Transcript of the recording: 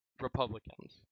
Republicans